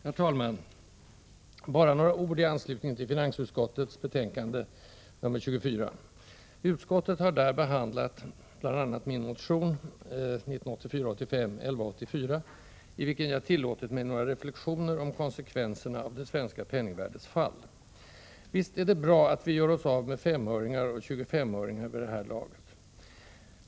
Herr talman! Bara några ord i anslutning till finansutskottets betänkande 1984 85:1184, i vilken jag tillåtit mig några reflexioner om konsekvenserna av det svenska penningvärdets fall. Visst är det bra att vi gör oss av med 5-öringar och 25-öringar vid det här laget.